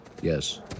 Yes